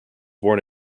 born